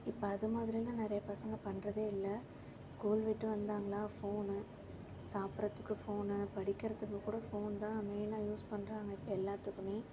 இப்போ அது மாதிரிலாம் நிறைய பசங்க பண்றதே இல்லை ஸ்கூல் விட்டு வந்தாங்களா ஃபோன் சாப்பிடுறதுக்கு ஃபோன் படிக்கிறதுக்கு கூட ஃபோன் தான் மெயினாக யூஸ் பண்றாங்க இப்போ எல்லாத்துக்குமே